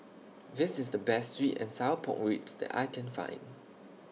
This IS The Best Sweet and Sour Pork Ribs that I Can Find